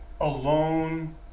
alone